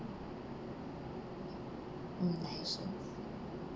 mm I also